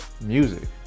music